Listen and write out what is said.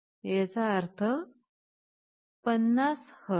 याचा अर्थ 50 हर्ट्ज